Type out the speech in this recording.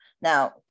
now